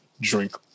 drink